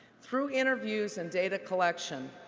through interviews and data collection,